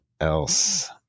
else